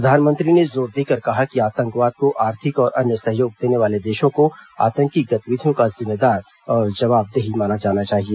प्रधानमंत्री ने जोर देकर कहा कि आतंकवाद को आर्थिक और अन्य सहयोग देने वाले देशों को आतंकी गतिविधियों का जिम्मेदार और जवाबदेही माना जाना चाहिए